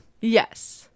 yes